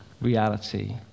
reality